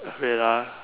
wait ah